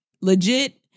legit